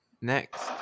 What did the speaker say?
Next